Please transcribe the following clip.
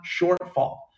shortfall